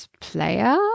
player